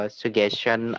suggestion